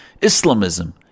Islamism